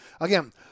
Again